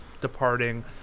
departing